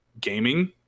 gaming